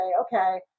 okay